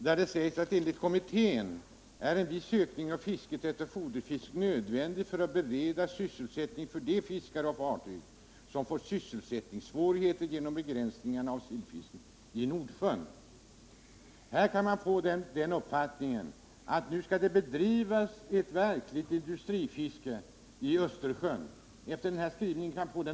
Där sägs: ”Enligt kommittén är en viss ökning av fisket efter foderfisk nödvändig för att bereda sysselsättning för de fiskare och fartyg som fått sysselsättningssvårigheter genom begränsningarna av sillfisket i Nordsjön ---.” Av den skrivningen kan man få uppfattningen att nu skall det bedrivas ett verkligt industrifiske i Östersjön.